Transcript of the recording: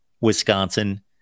Wisconsin